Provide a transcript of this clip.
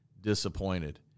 disappointed